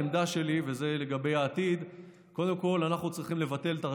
העמדה שלי היא שאנחנו צריכים לבטל את מועצת